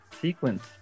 sequence